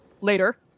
later